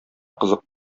кызык